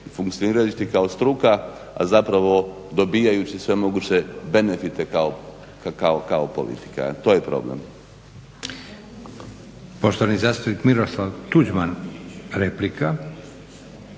funkcionirajući kao struka, a zapravo dobivajući sve moguće benefite kao politika. To je problem.